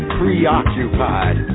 preoccupied